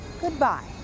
goodbye